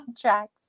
tracks